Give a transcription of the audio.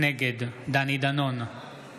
נגד דני דנון, אינו